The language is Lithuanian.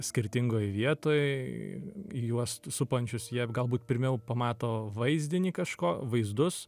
skirtingoj vietoj juos supančius jie galbūt pirmiau pamato vaizdinį kažko vaizdus